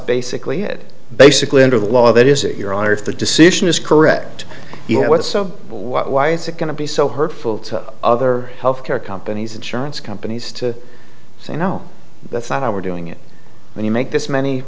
basically it basically under the law that is it your honor if the decision is correct you know what so what why is it going to be so hurtful to other health care companies insurance companies to say no that's not how we're doing it when you make this many